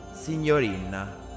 Signorina